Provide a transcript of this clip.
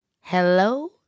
Hello